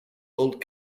old